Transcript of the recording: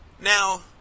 Now